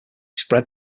spread